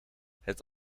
het